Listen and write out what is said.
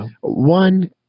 one